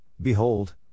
Behold